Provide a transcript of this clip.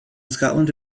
scotland